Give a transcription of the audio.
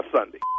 Sunday